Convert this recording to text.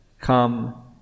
come